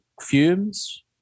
fumes